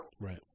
Right